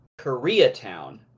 Koreatown